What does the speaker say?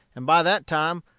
and by that time,